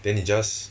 then 你 just